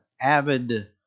avid